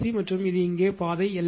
C மற்றும் இங்கே இந்த பாதை எல்